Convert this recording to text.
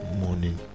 morning